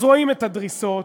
אז רואים את הדריסות,